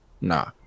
Nah